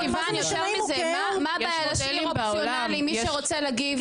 מה הבעיה לשים באופציונלי, מי שרוצה להגיב.